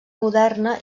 moderna